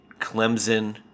Clemson